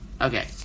Okay